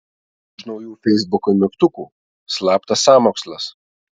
už naujų feisbuko mygtukų slaptas sąmokslas